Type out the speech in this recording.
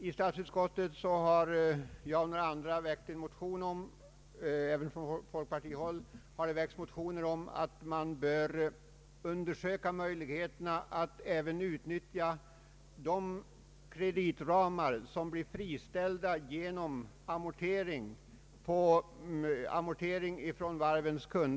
I statsutskottet har jag och några andra väckt en motion — även från folkpartihåll har det väckts motioner — om att möjligheterna att även utnyttja de kreditramar som blir friställda genom amortering från varvens kunder bör undersökas.